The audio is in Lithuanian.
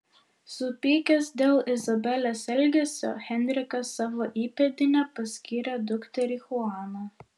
supykęs dėl izabelės elgesio henrikas savo įpėdine paskyrė dukterį chuaną